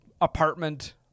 apartment